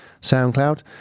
SoundCloud